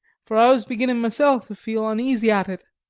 for i was beginnin' masel' to feel uneasy at it.